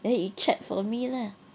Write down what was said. then you check for me lah